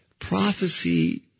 prophecy